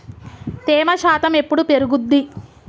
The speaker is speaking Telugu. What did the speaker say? తేమ శాతం ఎప్పుడు పెరుగుద్ది?